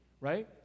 right